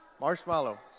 Marshmallow